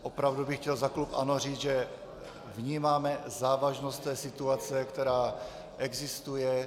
Opravdu bych chtěl za klub ANO říct, že vnímáme závažnost té situace, která existuje.